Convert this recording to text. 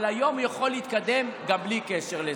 אבל היום הוא יכול להתקדם גם בלי קשר לזה.